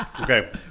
Okay